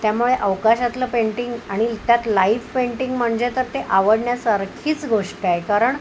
त्यामुळे अवकाशातलं पेंटिंग आणि त्यात लाईव्ह पेंटिंग म्हणजे तर ते आवडण्यासारखीच गोष्ट आहे कारण